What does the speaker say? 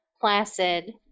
placid